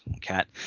cat